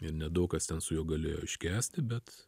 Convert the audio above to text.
ir nedaug kas ten su juo galėjo iškęsti bet